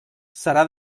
serà